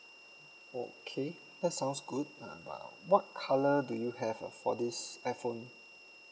okay that sounds good err but what colour do you have uh for this iphone